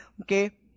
okay